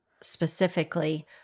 specifically